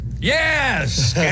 Yes